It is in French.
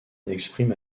exprime